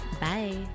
Bye